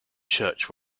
church